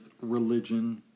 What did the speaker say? religion